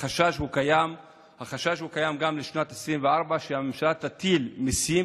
החשש הקיים הוא גם שבשנת 2024 הממשלה תטיל מיסים,